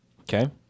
Okay